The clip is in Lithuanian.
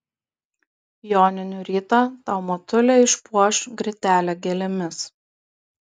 joninių rytą tau motulė išpuoš grytelę gėlėmis